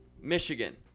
Michigan